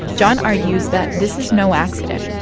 john argues that this is no accident.